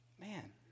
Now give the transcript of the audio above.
man